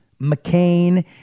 McCain